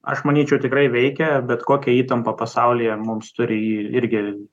aš manyčiau tikrai veikia bet kokia įtampa pasaulyje mums turi ji irgi